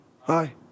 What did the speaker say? Hi